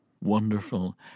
Wonderful